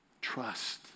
Trust